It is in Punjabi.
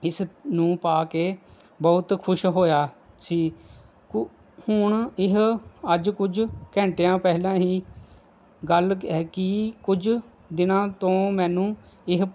ਇਸ ਨੂੰ ਪਾ ਕੇ ਬਹੁਤ ਖੁਸ਼ ਹੋਇਆ ਸੀ ਹੁਣ ਇਹ ਅੱਜ ਕੁਝ ਘੰਟਿਆਂ ਪਹਿਲਾਂ ਹੀ ਗੱਲ ਹੈ ਕਿ ਕੁਝ ਦਿਨਾਂ ਤੋਂ ਮੈਨੂੰ ਇਹ